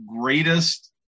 greatest